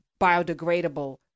biodegradable